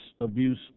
abuse